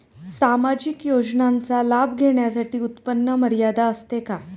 सामाजिक योजनांचा लाभ घेण्यासाठी उत्पन्न मर्यादा असते का?